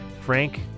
Frank